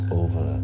over